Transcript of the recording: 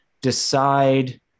decide